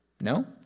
No